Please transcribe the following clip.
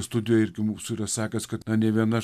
studijoj irgi mūsų yra sakęs kad nė viena